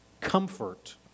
comfort